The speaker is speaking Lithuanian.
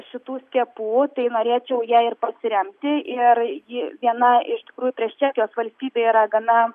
šitų skiepų tai norėčiau ja ir pasiremti ir ji viena iš grupės čekijos valstybė yra gana